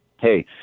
hey